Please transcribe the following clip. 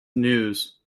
news